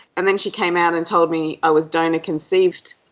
and then she came out and told me i was donor conceived.